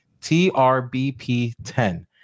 TRBP10